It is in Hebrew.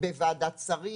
בוועדת השרים,